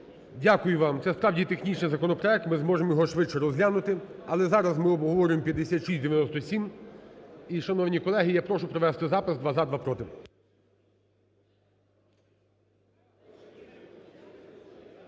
Дякую вам. Це справді технічний законопроект, ми зможемо його швидше розглянути. Але зараз ми обговорюємо 5697. І, шановні колеги, я прошу провести запис: два – за,